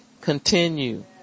continue